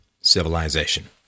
civilization